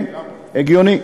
כן, הגיוני.